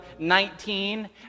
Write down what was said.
19